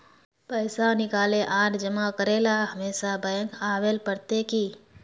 पैसा निकाले आर जमा करेला हमेशा बैंक आबेल पड़ते की?